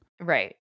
Right